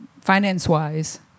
finance-wise